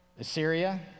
Assyria